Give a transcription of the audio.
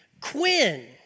Quinn